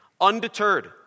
Undeterred